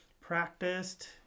practiced